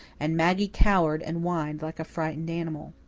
and maggie cowered and whined like a frightened animal.